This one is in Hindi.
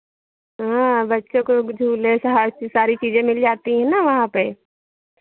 हाँ बच्चों को झूले सा हर चीज़ सारी चीज़ें मिल जाती हैं ना वहाँ पे